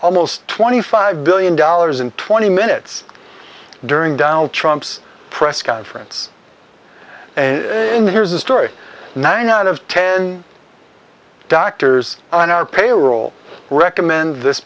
almost twenty five billion dollars in twenty minutes during down trumps press conference in here's a story nine out of ten doctors on our payroll recommend this